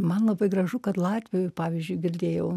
man labai gražu kad latvijoj pavyzdžiui girdėjau